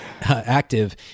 active